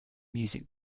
music